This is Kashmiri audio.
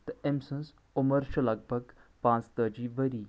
تہٕ أمۍ سنٛز عُمر چھِ لگ بگ پانٛژتاجۍ ؤری